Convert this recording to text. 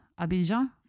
Abidjan